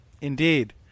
Indeed